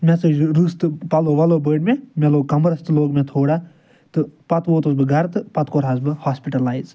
مےٚ ژٔجۍ رٕژھ تہٕ پَلو وَلو بٔڑۍ مےٚ مےٚ لوٚگ کَمرَس تہِ لوٚگ مےٚ تھوڑا تہٕ پَتہ ووتُس بہٕ گھرٕ تہٕ پَتہٕ کوٚرہَس بہٕ ہاسپِٹَلَایِز